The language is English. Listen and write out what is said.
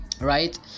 right